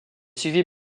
suivie